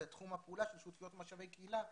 זה תחום הפעולה של שותפויות במשאבי קהילה,